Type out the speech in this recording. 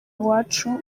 iwacu